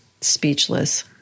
Speechless